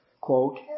quote